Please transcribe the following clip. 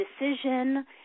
decision